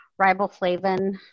riboflavin